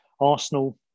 Arsenal